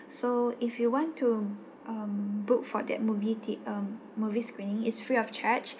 so if you want to um book for that movie date um movie screening it's free of charge